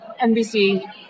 NBC